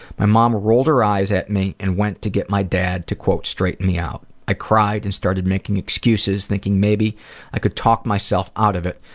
my mom rolled her eyes at me and went to get my dad to straighten me out. i cried and started making excuses thinking maybe i could talk myself out of it,